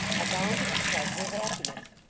are bound to consult her happiness.